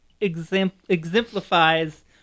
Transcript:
exemplifies